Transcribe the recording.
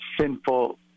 sinful